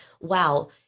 wow